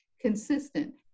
consistent